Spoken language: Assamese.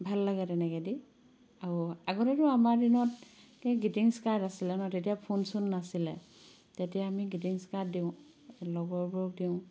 ভাল লাগে তেনেকে দি আৰু আগতেতো আমাৰ দিনত গ্ৰীটিংচ কাৰ্ড আছিলে ন তেতিয়া ফোন চোন নাছিলে তেতিয়া আমি গ্ৰীটিংচ কাৰ্ড দিওঁ লগৰবোৰক দিওঁ